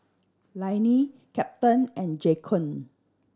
Lainey Captain and Jaquan